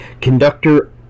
Conductor